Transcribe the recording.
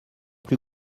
plus